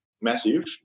massive